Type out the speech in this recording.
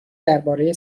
درباره